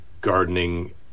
gardening